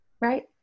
Right